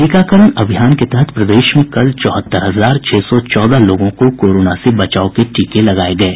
टीकाकरण अभियान के तहत प्रदेश में कल चौहत्तर हजार छह सौ चौदह लोगों को कोरोना से बचाव के टीके लगाये गये